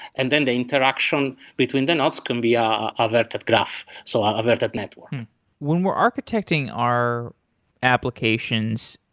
and then the interaction between the notes can be um averted graph, so ah averted network when we're architecting our applications,